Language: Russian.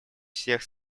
всех